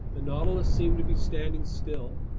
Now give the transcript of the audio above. the nautilus seemed to be standing still.